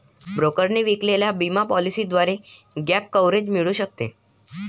ब्रोकरने विकलेल्या विमा पॉलिसीद्वारे गॅप कव्हरेज मिळू शकते